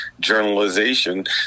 journalization